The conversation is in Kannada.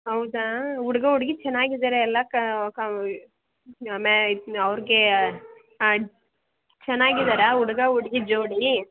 ಹೌದಾ ಹುಡ್ಗ ಹುಡ್ಗಿ ಚೆನ್ನಾಗಿದ್ದಾರೆ ಎಲ್ಲ ಕ ಕ ಮೇ ಅವ್ರಗೆ ಹಾಂ ಚೆನ್ನಾಗಿದ್ದಾರಾ ಹುಡ್ಗ ಹುಡ್ಗಿ ಜೋಡಿ